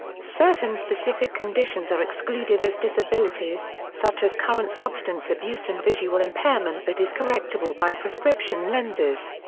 certain specific conditions are excluded as disabilities, such as current substance abuse and visual impairment that is correctable by prescription lenses.